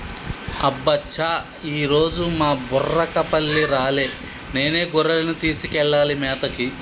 అబ్బ చా ఈరోజు మా బుర్రకపల్లి రాలే నేనే గొర్రెలను తీసుకెళ్లాలి మేతకి